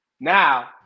Now